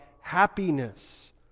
happiness